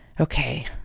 okay